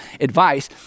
advice